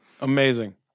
amazing